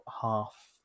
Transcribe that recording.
half